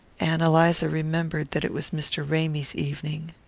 ann eliza remembered that it was mr. ramy's evening.